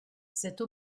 cette